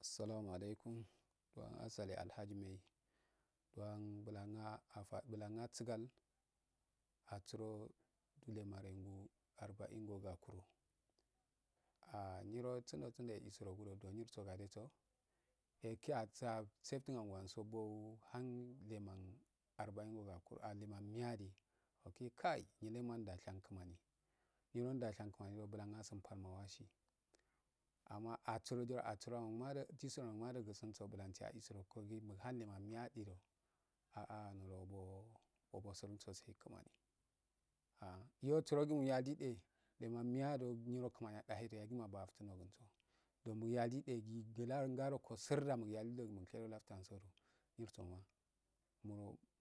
Sallama alaikum dwan asalah all mai dwa bulana afade bulana sigal atsuro lemarengu arbain go gaku yezeys ah nyiro sundo sundo ye isorugodo ndo nyirso gadeso ke atstriangu anso bwan ha leman arbain go gakuro a leman miya dee ukiyi kai nyelema ndashar kimani bulan asun palma wasi amma asurodo asuro umade jisuda umade gusunso bulanisi aisuro paingee mubane lame yadu aa nyirooboo oboo sirinso sai kimani ah yo surogee muyadide lemn miya do nyira lamani adahedo bulansima baftunog gunso dooyaalide dilarongarikesir muyalido mushegu labtuanso ngirsu ma mu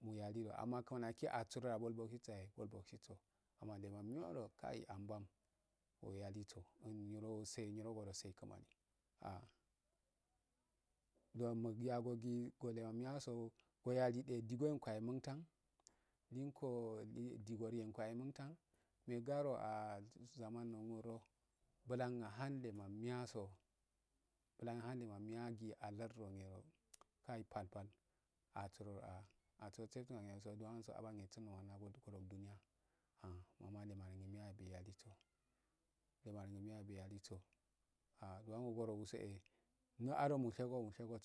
muyalido amma kimani aki asuro da bwal bwagsiro yne bwal bwagsiso kimani adengul miyodo kaii ambam oyadiso nyirogose nyiyos etumo ah dwando wuyagogee gol kman miyaso oyalidedigoyen gowa yahe munshanni linlcoh digo yenko yahe munshanni megaruazaman ndado bulan ahalema miyanso bulan ahan leman miyaso bukiahan uman miyagee alardirnedo kaii palpalasuro a atustsedo dwanso abangnesundo da guro duniya amma lemangun niya yiyaliso um an niyado bai yaliso ah dwan gu gorogusoe nguroado musae mushegoso.